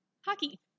Hockey